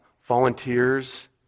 volunteers